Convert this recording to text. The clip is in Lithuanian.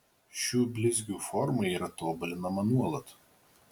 šių blizgių forma yra tobulinama nuolat